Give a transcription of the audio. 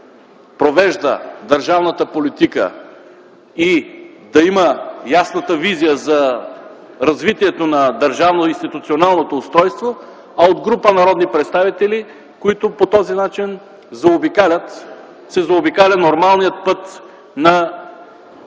провежда държавната политика и да има ясната визия за развитието на държавно- институционалното устройство, а от група народни представители, които по този начин заобикалят нормалния път на